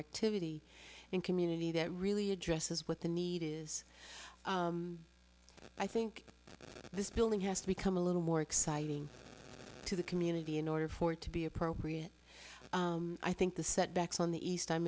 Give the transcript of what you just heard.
activity in community that really addresses what the need is i think this building has become a little more exciting to the community in order for it to be appropriate i think the setbacks on the east i'm